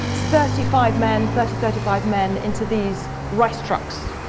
thirty five men, thirty thirty five men, into these rice trucks.